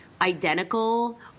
identical